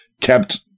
kept